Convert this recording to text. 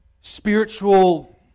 spiritual